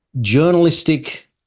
journalistic